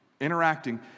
interacting